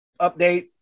update